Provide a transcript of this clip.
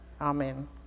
amen